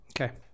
Okay